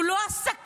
הוא לא עשה כלום,